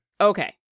Okay